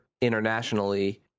internationally